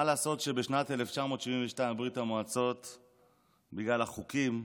מה לעשות שבשנת 1972, בגלל החוקים,